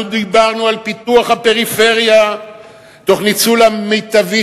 אנחנו דיברנו על פיתוח הפריפריה תוך ניצול מיטבי